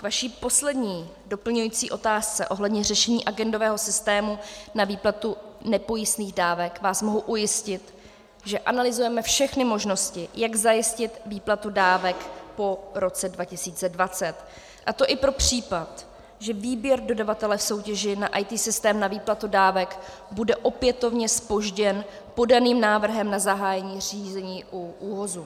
Ve vaší poslední doplňující otázce ohledně řešení agendového systému na výplatu nepojistných dávek vás mohu ujistit, že analyzujeme všechny možnosti, jak zajistit výplatu dávek po roce 2020, a to i pro případ, že výběr dodavatele soutěže na IT systém na výplatu dávek bude opětovně zpožděn podaným návrhem na zahájení řízení u ÚOHSu.